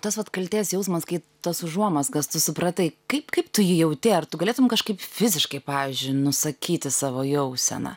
tas vat kaltės jausmas kai tas užuomazgas tu supratai kaip kaip tu jį jauti ar tu galėtum kažkaip fiziškai pavyzdžiui nusakyti savo jauseną